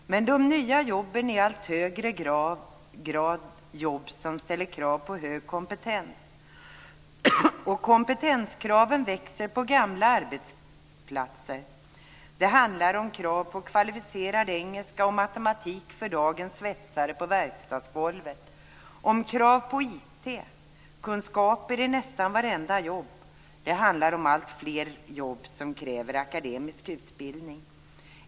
Men de nya jobben är i allt högre grad jobb som ställer krav på hög kompetens. Och kompetenskraven växer på gamla arbetsplatser. Det handlar om krav på kvalificerad engelska och matematik för dagens svetsare på verkstadsgolvet och om krav på IT-kunskaper för nästan vartenda jobb. Det handlar om alltfler jobb som kräver akademisk utbildning.